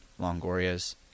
Longoria's